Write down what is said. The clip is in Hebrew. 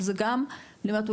שזה גם אני אומרת,